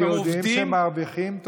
הם עובדים,